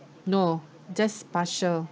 no just partial